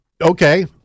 Okay